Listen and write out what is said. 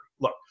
Look